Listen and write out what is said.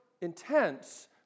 intense